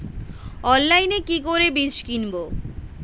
অনলাইনে কি করে বীজ কিনব?